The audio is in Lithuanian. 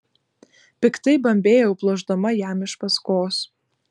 piktai bambėjau pluošdama jam iš paskos